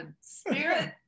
spirit